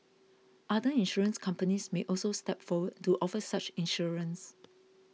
other insurance companies may also step forward to offer such insurance